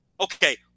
Okay